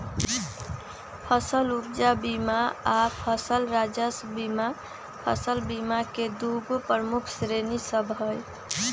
फसल उपजा बीमा आऽ फसल राजस्व बीमा फसल बीमा के दूगो प्रमुख श्रेणि सभ हइ